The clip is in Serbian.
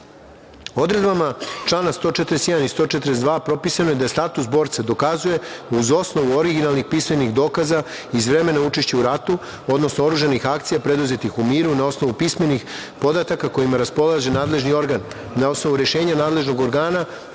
zakona. Odredbama člana 141. i 142. propisano je da status borca dokazuje uz osnovu originalnih pismenih dokaza iz vremena učešća u ratu, odnosno oružanih akcija preduzetih u miru na osnovu pismenih podataka kojima raspolaže nadležni organ, na osnovu rešenja nadležnog organa